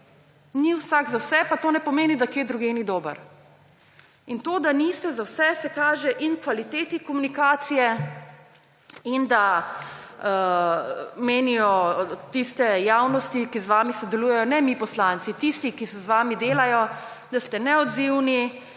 ni vsak za vse. Pa to ne pomeni, da kje drugje ni dober. In to, da niste za vse, se kaže v kvaliteti komunikacije in da menijo tiste javnosti, ki z vami sodelujejo, ne mi – poslanci, tisti, ki z vami delajo, da ste neodzivni,